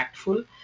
impactful